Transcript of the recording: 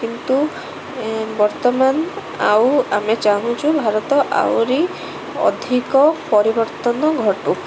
କିନ୍ତୁ ବର୍ତ୍ତମାନ ଆଉ ଆମେ ଚାହୁଁଛୁ ଭାରତ ଆହୁରି ଅଧିକ ପରିବର୍ତ୍ତନ ଘଟୁ